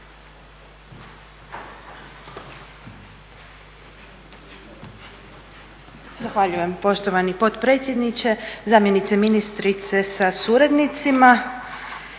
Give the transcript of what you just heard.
Zahvaljujem poštovani potpredsjedniče, zamjenice ministrice sa suradnicima.